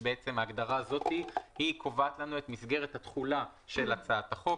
שההגדרה הזאת קובעת לנו את מסגרת התחולה של הצעת החוק.